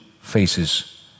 faces